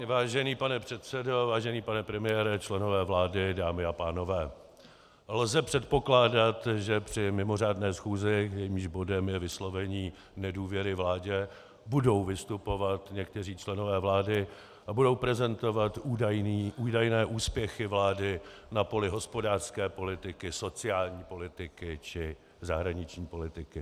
Vážený pane předsedo, vážený pane premiére, členové vlády, dámy a pánové, lze předpokládat, že při mimořádné schůzi, jejímž bodem je vyslovení nedůvěry vládě, budou vystupovat někteří členové vlády a budou prezentovat údajné úspěchy vlády na poli hospodářské politiky, sociální politiky či zahraniční politiky.